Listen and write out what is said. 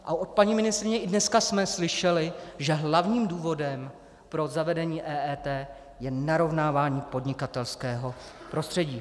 A od paní ministryně i dneska jsme slyšeli, že hlavním důvodem pro zavedení EET je narovnávání podnikatelského prostředí.